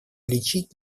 лечить